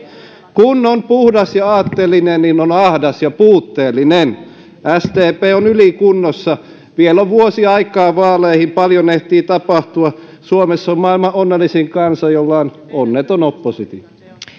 kun on puhdas ja aatteellinen niin on ahdas ja puutteellinen sdp on ylikunnossa vielä on vuosi aikaa vaaleihin paljon ehtii tapahtua suomessa on maailman onnellisin kansa jolla on onneton oppositio